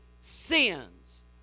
sins